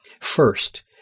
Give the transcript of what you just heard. First